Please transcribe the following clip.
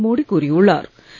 நரேந்திர மோடி கூறியுள்ளார்